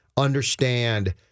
Understand